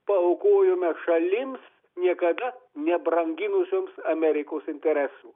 paaukojome šalims niekada nebranginusioms amerikos interesų